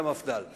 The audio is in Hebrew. למפד"ל.